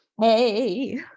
hey